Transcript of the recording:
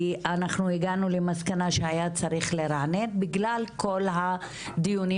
כי אנחנו הגענו מסקנה שהיה צריך לרענן בגלל כל הדיונים